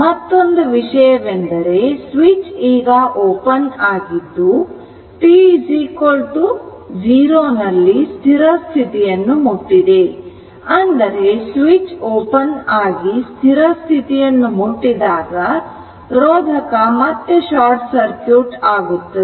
ಮತ್ತೊಂದು ವಿಷಯವೆಂದರೆ ಸ್ವಿಚ್ ಈಗ ಓಪನ್ ಆಗಿದ್ದು t 0 ನಲ್ಲಿ ಸ್ಥಿರ ಸ್ಥಿತಿಯನ್ನು ಮುಟ್ಟಿದೆ ಅಂದರೆ ಸ್ವಿಚ್ ಓಪನ್ ಆಗಿ ಸ್ಥಿರ ಸ್ಥಿತಿಯನ್ನು ಮುಟ್ಟಿದಾಗ ರೋಧಕ ಮತ್ತೆ ಶಾರ್ಟ್ ಸರ್ಕ್ಯೂಟ್ ಆಗುತ್ತದೆ